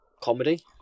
comedy